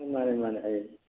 ꯎꯝ ꯃꯥꯟꯅꯤ ꯃꯥꯟꯅꯤ ꯑꯩ